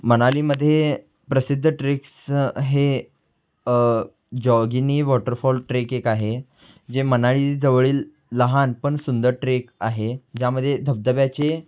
मनालीमध्ये प्रसिद्ध ट्रेक्स हे Jogini waterfall trek एक आहे जे मनालीजवळील लहान पण सुंदर ट्रेक आहे ज्यामध्ये धबधब्याचे